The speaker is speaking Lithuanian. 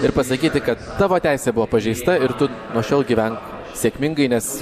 ir pasakyti kad tavo teisė buvo pažeista ir tu prašau gyvenk sėkmingai nes